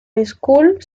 school